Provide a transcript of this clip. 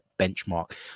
benchmark